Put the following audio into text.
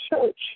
Church